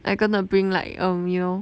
I gonna bring like um you know